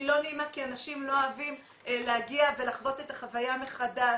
אנשים לא אוהבים להגיע ולחוות את החוויה מחדש.